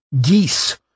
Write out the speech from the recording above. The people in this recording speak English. geese